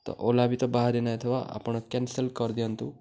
ଓଲା ବି ତ ବାହାରି ନାଇଁଥିବା ଆପଣ କ୍ୟାନ୍ସଲ୍ କରିଦିଅନ୍ତୁ